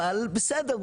אבל בסדר,